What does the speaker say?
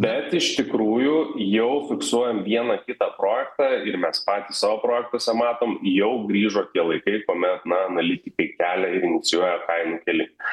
bet iš tikrųjų jau fiksuojam vieną kitą projektą ir mes patys savo projektuose matom jau grįžo tie laikai kuomet na analitikai kelia ir inicijuoja kainų kilimą